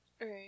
Right